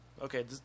Okay